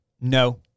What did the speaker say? No